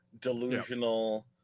delusional